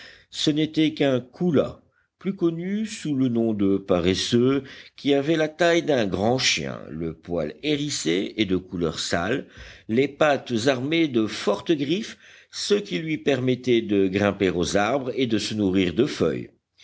ce n'était qu'un koula plus connu sous le nom de paresseux qui avait la taille d'un grand chien le poil hérissé et de couleur sale les pattes armées de fortes griffes ce qui lui permettait de grimper aux arbres et de se nourrir de feuilles